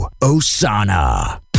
Osana